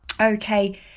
okay